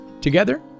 Together